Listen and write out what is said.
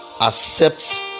accept